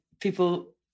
people